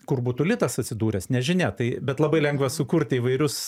kur būtų litas atsidūręs nežinia tai bet labai lengva sukurti įvairius